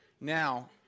Now